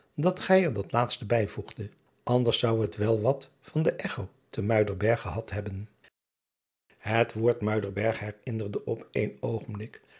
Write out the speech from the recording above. dat gij er dat laatste bijvoegde anders zou het wel wat van de cho te uiderberg gehad hebben et woord uiderberg herinnerde op één oogenblik